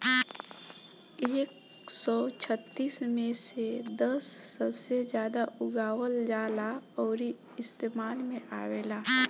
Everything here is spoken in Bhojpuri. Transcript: एक सौ छत्तीस मे से दस सबसे जादा उगावल जाला अउरी इस्तेमाल मे आवेला